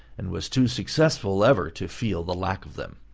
and was too successful ever to feel the lack of them.